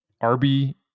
Arby